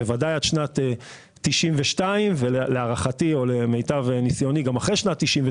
בוודאי עד שנת 1992 ולהערכתי או מיטב ניסיוני גם אחרי שנת 1992,